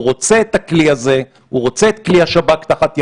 הוא רוצה את הכלי הזה, את כלי השב"כ תחת ידיו,